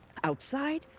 outside.